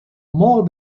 more